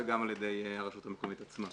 וגם על ידי הרשות המקומית עצמה.